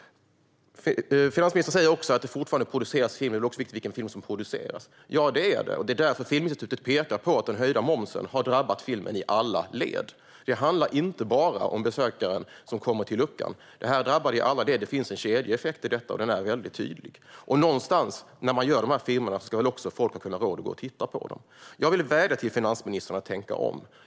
Finansministern säger att det fortfarande produceras film och att det är viktigt vilken film som produceras. Ja, det är det. Det är därför Filminstitutet pekar på att den höjda momsen har drabbat filmen i alla led. Det handlar inte bara om besökaren som kommer till luckan. Det här drabbar alla led. Det finns en kedjeeffekt i detta, och den är väldigt tydlig. Folk ska väl också ha råd att gå och titta på de filmer som görs. Jag vill vädja till finansministern att tänka om.